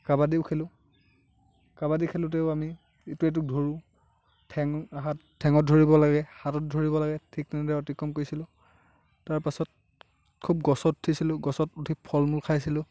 কাবাডীও খেলোঁ কাবাডী খেলোঁতেও আমি ইটোৱে সিটোক ধৰোঁ ঠেঙ হাত ঠেঙত ধৰিব লাগে হাতত ধৰিব লাগে ঠিক তেনেদৰে অতিক্ৰম কৰিছিলোঁ তাৰপাছত খুব গছত উঠিছিলোঁ গছত উঠি ফল মূল খাইছিলোঁ